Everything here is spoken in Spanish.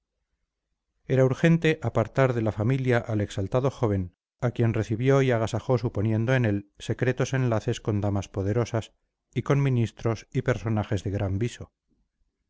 era urgente apartar de la familia al exaltado joven a quien recibió y agasajó suponiendo en él secretos enlaces con damas poderosas y con ministros y personajes de gran viso